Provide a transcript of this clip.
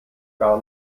gar